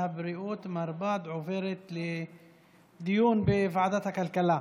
(מרב"ד), עוברת לדיון בוועדת הכלכלה.